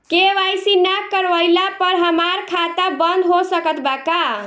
KYC ना करवाइला पर हमार खाता बंद हो सकत बा का?